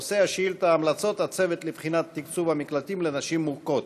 נושא השאילתה: המלצות הצוות לבחינת תקצוב המקלטים לנשים מוכות.